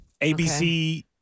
ABC